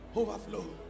overflow